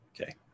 Okay